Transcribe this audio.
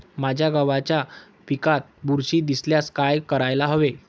माझ्या गव्हाच्या पिकात बुरशी दिसल्यास काय करायला हवे?